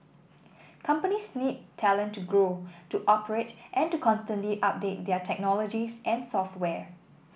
companies need talent to grow to operate and to constantly update their technologies and software